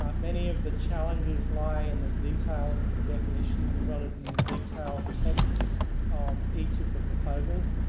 many of the challenges lie in the details of the definitions as well as in the detailed text of each of the proposals.